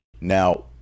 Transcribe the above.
Now